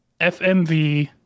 FMV